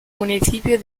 municipio